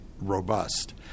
robust